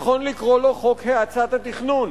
נכון לקרוא לו חוק האצת התכנון,